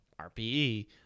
RPE